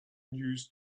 news